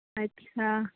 ਅੱਛਾ